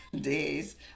days